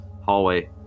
hallway